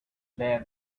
man